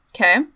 Okay